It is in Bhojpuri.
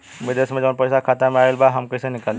विदेश से जवन पैसा खाता में आईल बा हम कईसे निकाली?